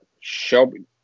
Shelby